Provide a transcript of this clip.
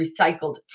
recycled